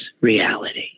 reality